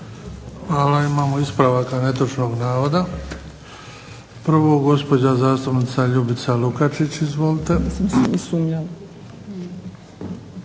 Hvala. Imamo ispravaka netočnog navoda. Prvo gospođa zastupnica Ljubica Lukačić, izvolite.